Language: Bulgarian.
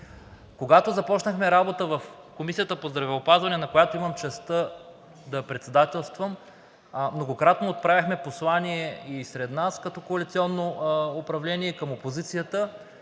Когато започнахме работа в Комисията по здравеопазването, която имам честта да председателствам, многократно отправяхме послание – и сред нас като коалиционно управление, и към опозицията,